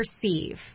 perceive